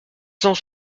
cent